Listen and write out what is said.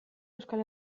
euskal